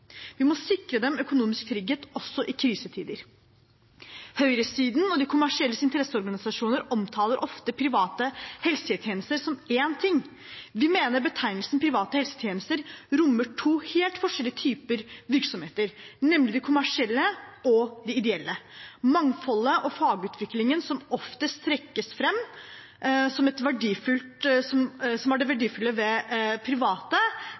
Vi må sikre dem økonomisk trygghet, også i krisetider. Høyresiden og de kommersielles interesseorganisasjoner omtaler ofte private helsetjenester som én ting. Vi mener betegnelsen private helsetjenester rommer to helt forskjellige typer virksomheter, nemlig de kommersielle og de ideelle. Mangfoldet og fagutviklingen, som ofte trekkes fram som det verdifulle ved de private, er det de ideelle aktørene som